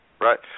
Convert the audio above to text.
Right